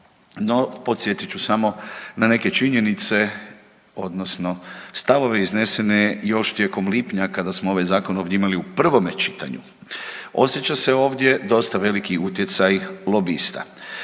No, podsjetit ću samo na neke činjenice odnosno stavove iznesene iznesene još tijekom lipnja kada smo ovaj zakon imali ovdje u prvome čitanju. Osjeća se ovdje dosta veliki utjecaj lobista.